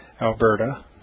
Alberta